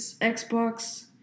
Xbox